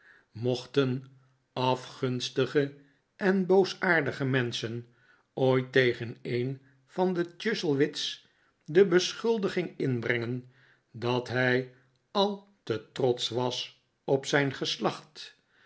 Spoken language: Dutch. mochten afgunstige en boosaardige menschen ooit tegen een van de chuzzlewit's de beschuldiging inbrengen dat hij al te trotsch was op zijn geslacht